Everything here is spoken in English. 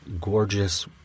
gorgeous